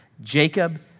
Jacob